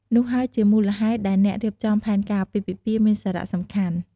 នោះហើយជាមូលហេតុដែលអ្នករៀបចំផែនការអាពាហ៍ពិពាហ៍មានសារៈសំខាន់។